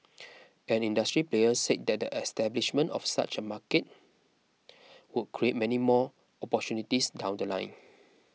an industry player said that the establishment of such a market would create many more opportunities down The Line